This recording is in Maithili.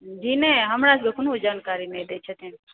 जी नहि हमरा सभके कोनो नहि जानकारी दै छथिन